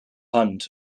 hunt